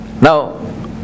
Now